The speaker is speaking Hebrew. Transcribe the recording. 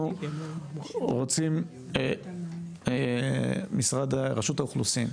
אנחנו רוצים, רשות האוכלוסין,